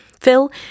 Phil